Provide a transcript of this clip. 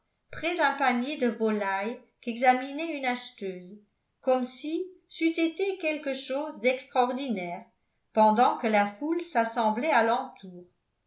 près d'un panier de volailles qu'examinait une acheteuse comme si c'eût été quelque chose d'extraordinaire pendant que la foule s'assemblait alentour